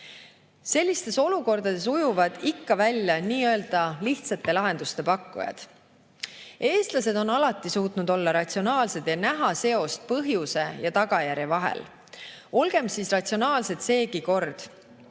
Sellistes olukordades ujuvad ikka välja nii-öelda lihtsate lahenduste pakkujad. Eestlased on alati suutnud olla ratsionaalsed ning näha seost põhjuse ja tagajärje vahel. Olgem siis ratsionaalsed seegi kord